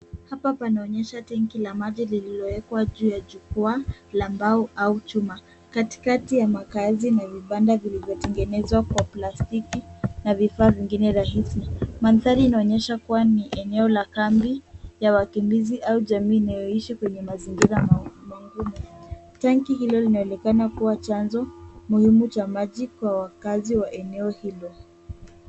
Hapa panaonyesha tanki la maji lililowekwa juu ya jukwaa la mbao au chuma. Katikati ya makaazi na vibanda vilivyotengenezwa kwa plastiki na vifaa vingine rahisi . Mandhari inaonyesha kuwa ni eneo la kambi ya wakimbizi au jamii inayoishi kwenye mazingira magumu. Tanki hilo linaonekana kuwa chanzo muhimu cha maji kwa wakaazi wa eneo hilo.